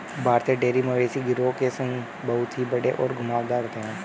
भारतीय डेयरी मवेशी गिरोह के सींग बहुत ही बड़े और घुमावदार होते हैं